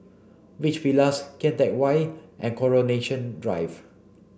Beach Villas Kian Teck Way and Coronation Drive